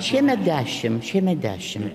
šiemet dešim šiemet dešim